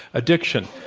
addiction,